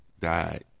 died